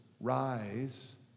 rise